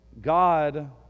God